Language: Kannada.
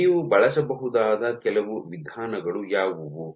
ನೀವು ಬಳಸಬಹುದಾದ ಕೆಲವು ವಿಧಾನಗಳು ಯಾವುವು